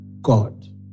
God